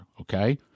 okay